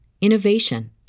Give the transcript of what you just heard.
innovation